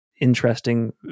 Interesting